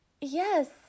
yes